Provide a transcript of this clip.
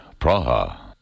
Praha